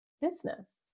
business